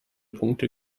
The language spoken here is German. punkte